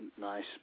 nice